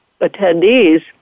attendees